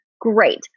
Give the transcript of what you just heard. Great